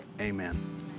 amen